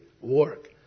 work